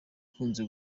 ikunze